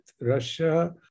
Russia